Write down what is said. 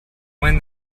when